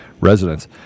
residents